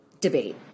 debate